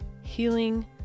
healing